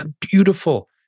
Beautiful